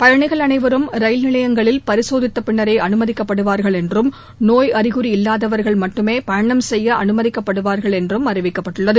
பயணிகள் அனைவரும் ரயில் நிலையங்களில் பரிசோதித்த பின்னரே அனுமதிக்கப்படுவார்கள் என்றும் நோய் அறிகுறி இல்லாதவர்கள் மட்டுமே பயணம் செய்ய அனுமதிக்கப்படுவார்கள் என்றும் அறிவிக்கப்பட்டுள்ளது